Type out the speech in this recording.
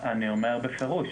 אני אומר בפירוש,